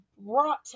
brought